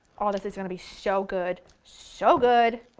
oh this is going to be so good! so good!